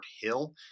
Hill